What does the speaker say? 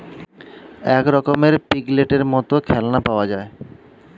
এক রকমের পিগলেটের মত খেলনা পাওয়া যায়